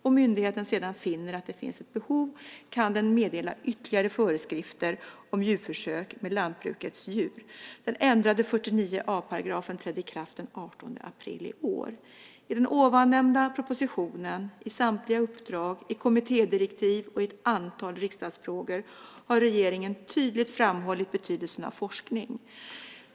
Om myndigheten sedan finner att det finns ett behov kan den meddela ytterligare föreskrifter om djurförsök med lantbrukets djur. Den ändrade 49 a § trädde i kraft den 18 april i år. I den ovan nämnda propositionen, i samtliga uppdrag, i kommittédirektiv och i ett antal riksdagsfrågor har regeringen tydligt framhållit betydelsen av forskning.